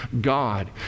God